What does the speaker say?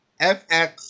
FX